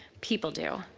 people do.